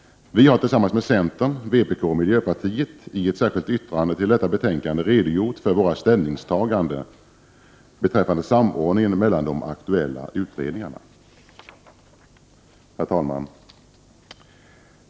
Vi har tillsammans med centern, vpk och miljöpartiet i ett särskilt yttrande i anslutning till detta betänkande redogjort för våra ställningstaganden beträffande samordningen mellan de aktuella utredningarna. Herr talman!